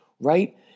right